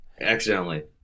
accidentally